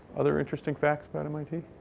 other interesting facts about mit?